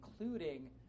including